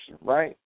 right